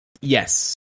Yes